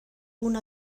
punt